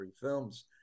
films